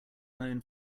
known